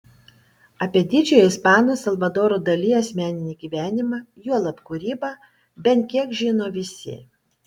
apie didžiojo ispano salvadoro dali asmeninį gyvenimą juolab kūrybą bent kiek žino visi